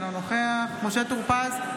אינו נוכח משה טור פז,